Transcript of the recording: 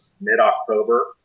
mid-October